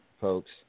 folks